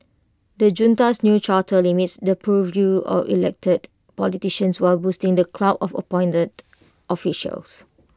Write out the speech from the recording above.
the junta's new charter limits the purview of elected politicians while boosting the clout of appointed officials